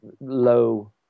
low